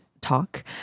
talk